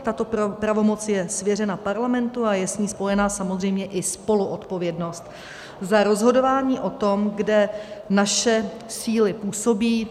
Tato pravomoc je svěřena Parlamentu a je s ní spojena samozřejmě i spoluodpovědnost za rozhodování o tom, kde naše síly působí.